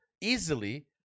Easily